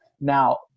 Now